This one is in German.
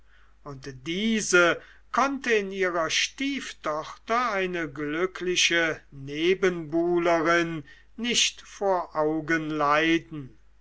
und diese konnte in ihrer stieftochter eine glückliche nebenbuhlerin nicht vor augen leiden